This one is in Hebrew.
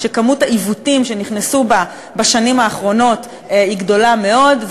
שכמות העיוותים שנכנסו בה בשנים האחרונות היא גדולה מאוד,